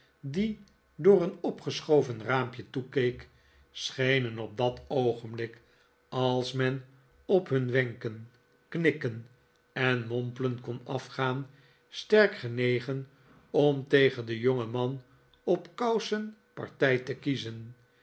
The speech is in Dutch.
die door een opgeschoven raampje toekeek schenen op dat oogenblik als men op hun wenken knikken en mompelen kon afgaan sterk genegen om tegen den jongeman op kousen partij te kiezen